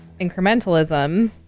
incrementalism